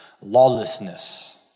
lawlessness